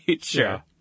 Sure